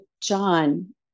John